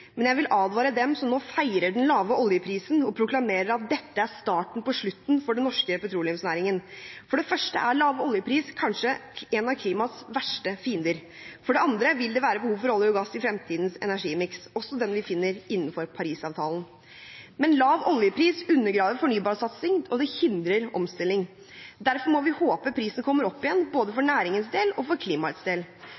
men jeg vil advare dem som nå feirer den lave oljeprisen og proklamerer at dette er starten på slutten for den norske petroleumsnæringen. For det første er lav oljepris kanskje en av klimaets verste fiender, og for det andre vil det være behov for olje og gass i fremtidens energimiks, også den vi finner innenfor Paris-avtalen. Men lav oljepris undergraver fornybarsatsing og hindrer omstilling. Derfor må vi håpe prisen kommer opp igjen, både for næringens del og for klimaets del.